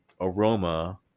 aroma